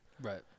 right